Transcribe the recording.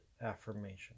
affirmation